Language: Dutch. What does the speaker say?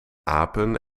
apen